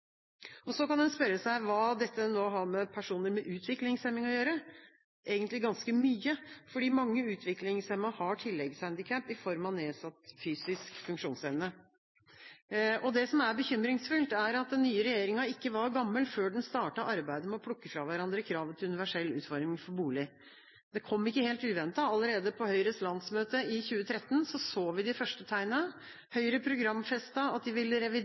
Så kan en spørre seg hva nå dette har med personer med utviklingshemning å gjøre. Egentlig ganske mye, fordi mange utviklingshemmede har tilleggshandikap i form av nedsatt fysisk funksjonsevne. Det som er bekymringsfullt, er at den nye regjeringa ikke var gammel før den startet arbeidet med å plukke fra hverandre kravet til universell utforming for bolig. Det kom ikke helt uventet. Allerede på Høyres landsmøte i 2013 så vi de første tegnene. Høyre programfestet at de ville